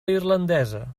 irlandesa